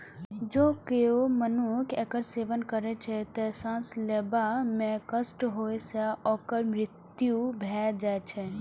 जौं केओ मनुक्ख एकर सेवन करै छै, तं सांस लेबा मे कष्ट होइ सं ओकर मृत्यु भए जाइ छै